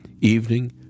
Evening